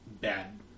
bad